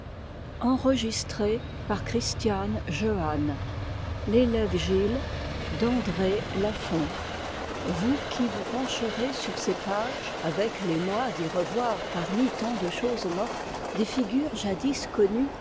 vous qui vous pencherez sur ces pages avec l'émoi d'y revoir parmi tant de choses mortes des figures jadis connues